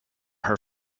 her